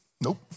Nope